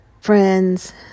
friends